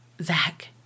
Zach